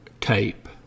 tape